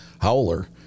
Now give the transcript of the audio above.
Howler